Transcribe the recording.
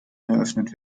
eröffnet